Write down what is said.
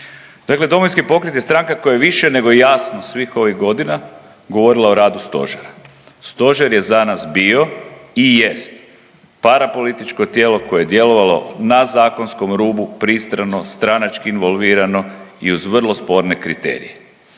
Dakle, Domovinski pokret je stranka kojoj je više nego jasno svih ovih godina govorila o radu Stožera. Stožer je za nas bio i jest para političko tijelo koje je djelovalo na zakonskom rubu pristrano, stranački involvirano i uz vrlo sporne kriterije.